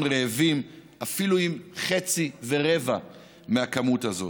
רעבים אפילו עם חצי ורבע מהכמות הזאת?